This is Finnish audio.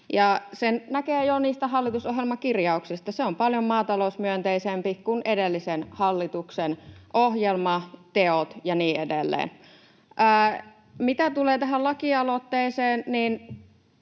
sen näkee jo niistä hallitusohjelmakirjauksista. Ne ovat paljon maatalousmyönteisempiä kuin edellisen hallituksen ohjelma, teot ja niin edelleen. Mitä tulee tähän lakialoitteeseen,